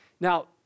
Now